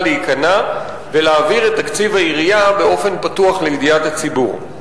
להיכנע ולהעביר את תקציב העירייה באופן פתוח לידיעת הציבור.